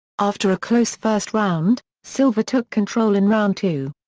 after a close first round, silva took control in round two.